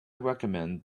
recommend